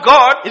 God